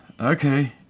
okay